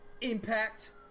Impact